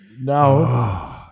No